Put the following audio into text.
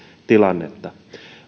tilannetta